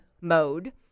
mode